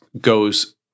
goes